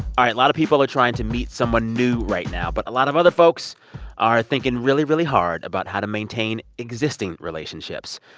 all right. a lot of people are trying to meet someone new right now. but a lot of other folks are thinking really, really hard about how to maintain existing relationships.